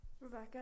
Rebecca